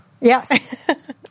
Yes